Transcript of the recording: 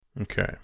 Okay